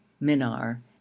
minar